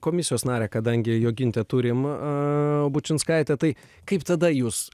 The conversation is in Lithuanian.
komisijos narę kadangi jogintė turim a bučinskaitė tai kaip tada jūs